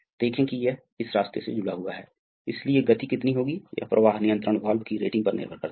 जिसके पास है वह पार आता है अतः यह एक यांत्रिक रोक में आता है